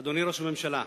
אדוני ראש הממשלה,